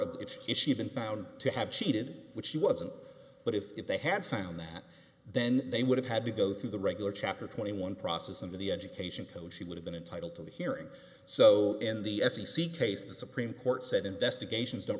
of it if she'd been found to have cheated which she wasn't but if they had found that then they would have had to go through the regular chapter twenty one process into the education code she would have been entitled to the hearing so in the s e c case the supreme court said investigations don't